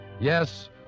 Yes